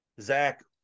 Zach